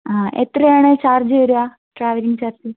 ആഹ് എത്രയാണ് ചാർജ് വരിക travelling charge